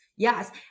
Yes